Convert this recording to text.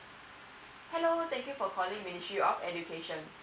hello thank you for calling ministry of education